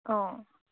অঁ